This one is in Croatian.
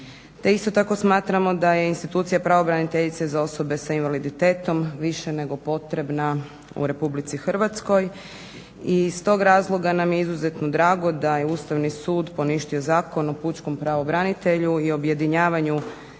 isto tako smatramo da je institucija pravobraniteljice za osobe s invaliditetom više nego potrebna u Republici Hrvatskoj. I iz tog razloga nam je izuzetno drago da je Ustavni sud poništio Zakon o pučkom pravobranitelju i objedinjavanju